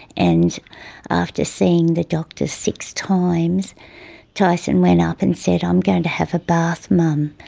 and after seeing the doctors six times tyson went up and said, i'm going to have a bath mum.